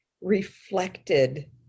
reflected